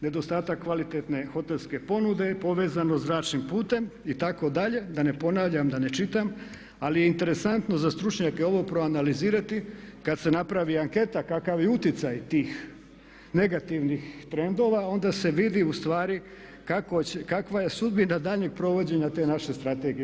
Nedostatak kvalitetne hotelske ponude povezan je zračnim putem itd., da ne ponavljam, da ne čitam ali je interesantno za stručnjake ovo proanalizirati kad se napravi anketa kakav je utjecaj tih negativnih trendova onda se vidi ustvari kakva je sudbina daljnjeg provođenja te naše strategije.